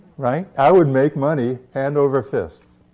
right? i would make money hand over fist.